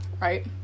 right